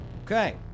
okay